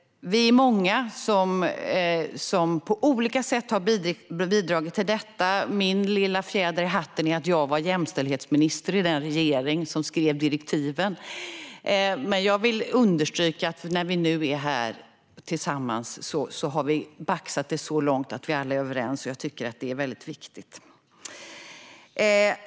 Vi är många som på olika sätt har bidragit till detta. Min lilla fjäder i hatten är att jag var jämställdhetsminister i den regering som skrev direktiven. Men när vi nu är här tillsammans har vi baxat det så långt att vi alla är överens. Det tycker jag är viktigt.